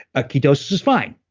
ah ketosis is fine.